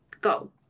Go